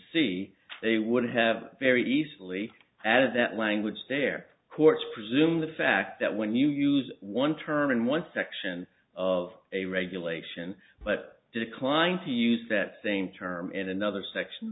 c they would have very easily added that language their courts presume the fact that when you use one term in one section of a regulation but declined to use that same term in another section